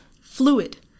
fluid